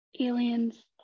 Aliens